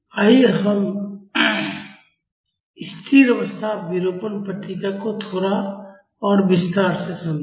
आइए हम स्थिर अवस्था विरूपण प्रतिक्रिया को थोड़ा और विस्तार से समझें